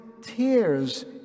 tears